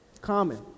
common